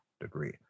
degree